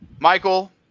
Michael